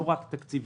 לא רק תקציבים,